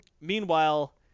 meanwhile